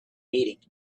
meeting